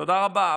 תודה רבה.